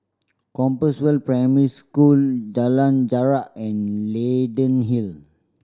Compassvale Primary School Jalan Jarak and Leyden Hill